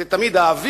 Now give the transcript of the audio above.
זה תמיד האוויר,